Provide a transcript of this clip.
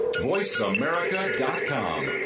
VoiceAmerica.com